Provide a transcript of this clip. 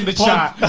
and chat.